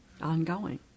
Ongoing